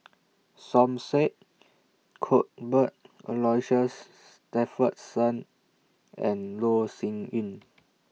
Som Said Cuthbert Aloysius Shepherdson and Loh Sin Yun